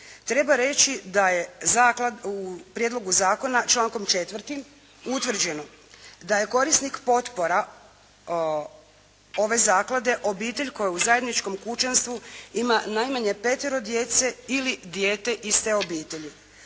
Treba reći da je u prijedlogu zakona člankom 4. utvrđeno da je korisnik potpora ove zaklade obitelj koja u zajedničkom kućanstvu ima najmanje petero djece ili dijete iz te obitelji.